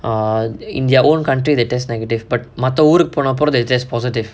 err in their own country they test negative but மத்த ஊருக்கு போன அப்புறம்:maththa oorukku pona appuram they test positive